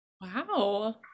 Wow